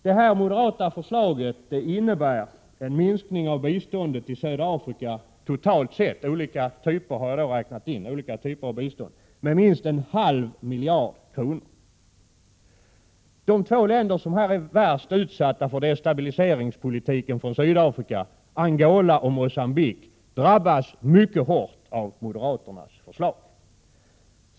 Det här moderata förslaget innebär en minskning av biståndet till södra Afrika, totalt sett med olika typer av bistånd inräknade, med minst en halv miljard kronor. De två länder som är värst utsatta för destabiliseringspolitiken från Sydafrika, Angola och Mocambique, drabbas mycket hårt av moderaternas förslag.